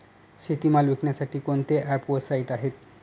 शेतीमाल विकण्यासाठी कोणते ॲप व साईट आहेत?